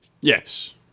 Yes